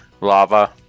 lava